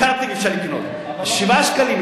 קרטיב אפשר לקנות ב-7 שקלים.